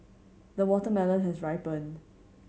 the watermelon has ripened